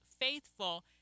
faithful